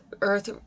earth